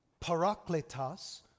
parakletas